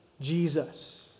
Jesus